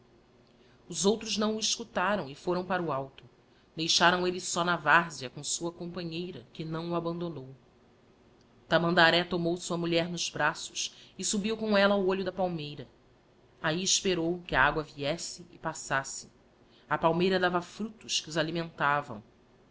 os outros não o escutaram e foram para o alto deixaram elle só na várzea com sua companheira que não o abandonou tamandaré tomou sua mulher nos braços e subiu com ella ao olho da palmeira ahi esperou que a agua viesse e passasse a palmeira dava fructos que os alimentavam